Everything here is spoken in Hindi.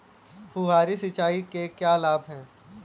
फुहारी सिंचाई के क्या लाभ हैं?